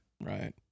Right